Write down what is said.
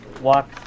walk